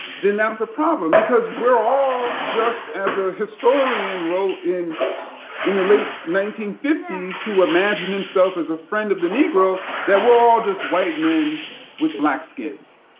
then that's a problem, because we're all just as a historian wrote in in the late nineteen fifty s, who imagined himself as a friend of the negro, that we're all just white men with black skins.